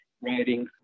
writing